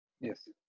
Yes